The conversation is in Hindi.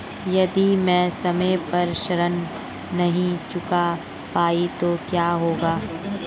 यदि मैं समय पर ऋण नहीं चुका पाई तो क्या होगा?